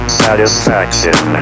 satisfaction